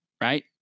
right